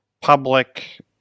public